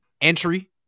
entry